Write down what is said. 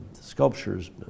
sculptures